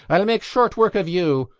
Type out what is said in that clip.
i'll make short work of you!